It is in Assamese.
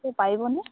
এই পাৰিবনে